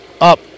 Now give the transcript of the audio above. Up